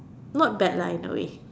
not bad lah in a way